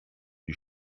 die